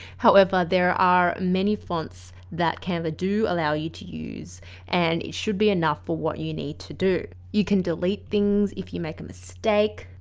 however, there are many fonts that canva does allow you to use and it should be enough for what you need to do. you can delete things if you make a mistake,